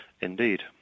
indeed